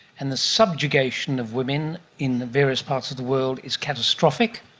and the subjugation of women in various parts of the world is catastrophic,